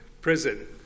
prison